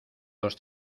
dos